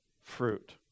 fruit